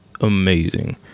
amazing